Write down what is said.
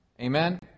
Amen